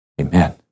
Amen